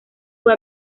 fue